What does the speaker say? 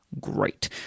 Great